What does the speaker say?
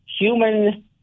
human